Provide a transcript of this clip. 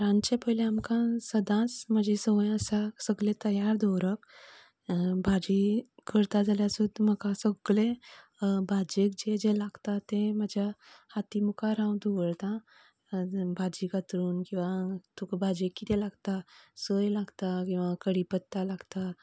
रांदचे पयले आमकां सदांच म्हजी सवंय आसा सगले तयार दवरप भाजी करता जाल्यार सुद्दां म्हाका सगळें भाज्जेक जे जे लागता ते म्हाका हाती मुखार हांव दवरता भाजी कातरून किंवां तुका भाज्जेंत कितें लागता सोय लागता कडीपत्ता लागता